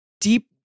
deep